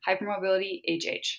hypermobilityhh